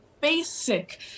basic